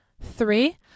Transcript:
Three